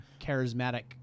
charismatic